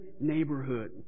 neighborhood